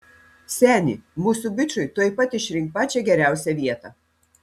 seni mūsų bičui tuoj pat išrink pačią geriausią vietą